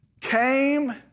came